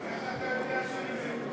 איך אתה יודע שנמלטו?